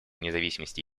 независимости